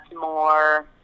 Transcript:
more